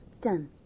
Done